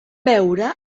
veure